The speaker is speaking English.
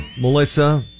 Melissa